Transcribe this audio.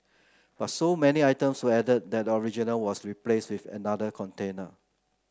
but so many items were added that the original was replaced with another container